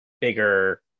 bigger